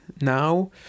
Now